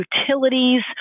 utilities